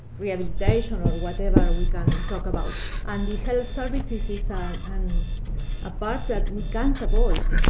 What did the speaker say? rehabilitation or whatever we can talk about on the health services side. and a part that we can't avoid.